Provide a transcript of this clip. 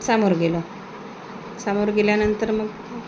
समोर गेलो समोर गेल्यानंतर मग